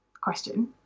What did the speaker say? question